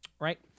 right